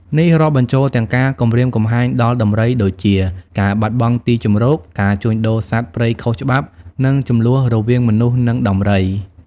នេះរាប់បញ្ចូលទាំងការគំរាមកំហែងដល់ដំរីដូចជា ការបាត់បង់ទីជម្រក ការជួញដូរសត្វព្រៃខុសច្បាប់ និងជម្លោះរវាងមនុស្សនិងដំរី។